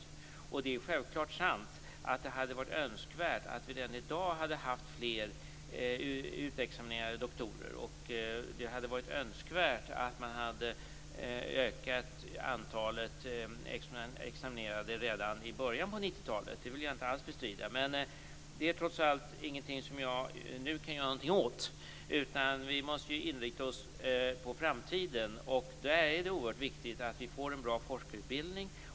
Självfallet är det sant att det hade varit önskvärt att vi redan i dag hade haft fler utexaminerade doktorer, och det hade varit önskvärt att man hade ökat antalet examinerade redan i början av 90-talet. Det vill jag inte alls bestrida. Men det är trots allt ingenting som jag nu kan göra någonting åt. Vi måste i stället inrikta oss på framtiden. Det är oerhört viktigt att vi får en bra forskarutbildning.